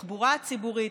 בתחבורה הציבורית,